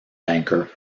banker